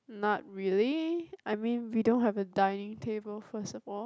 not really I mean we don't have a dinning table first of all